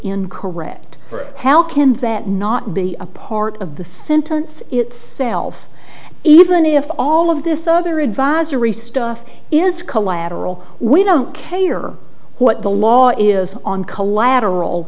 incorrect how can that not be a part of the sentence itself even if all of this other advisory stuff is collateral we don't care what the law is on collateral